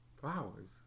flowers